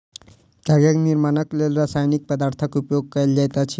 कागजक निर्माणक लेल रासायनिक पदार्थक उपयोग कयल जाइत अछि